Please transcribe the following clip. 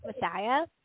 Messiah